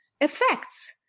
effects